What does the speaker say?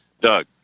Doug